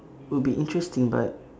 will be interesting but